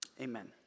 amen